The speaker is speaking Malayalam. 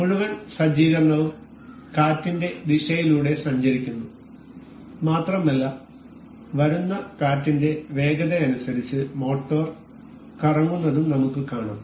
മുഴുവൻ സജ്ജീകരണവും കാറ്റിന്റെ ദിശയിലൂടെ സഞ്ചരിക്കുന്നു മാത്രമല്ല വരുന്ന കാറ്റിന്റെ വേഗതയനുസരിച്ച് മോട്ടോർ കറങ്ങുന്നതും നമുക്ക് കാണാം